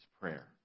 prayer